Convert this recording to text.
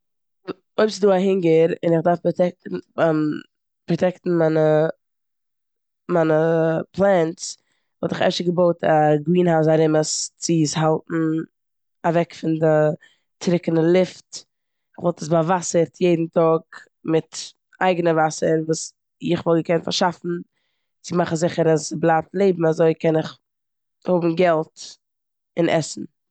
א- אויב ס'דא א הונגער און איך דארף פראטע- פראטעקטן מיינע- מיינע פלענטס וואלט איך אפשר געבויט א גרינהאוז ארום עס צו עס האלטן אוועק פון די טרוקענע לופט, כ'וואלט עס באוואסערט יעדן טאג מיט אייגענע וואסער וואס איך וואלט געקענט פארשאפן צו מאכן זיכער אז ס'בלייבט לעבן אזוי קען איך האבן געלט און עסן.